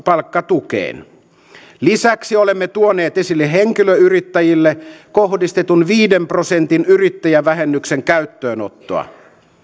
palkkatukeen lisäksi olemme tuoneet esille henkilöyrittäjille kohdistetun viiden prosentin yrittäjävähennyksen käyttöönottoa